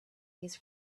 his